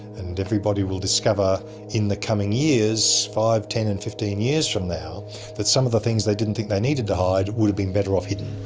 and everybody will discover in the coming years five, ten and fifteen years from now that some of the things they didn't think they needed to hide would've been better off hidden,